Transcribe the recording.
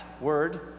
word